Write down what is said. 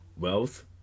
wealth